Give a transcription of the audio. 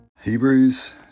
Hebrews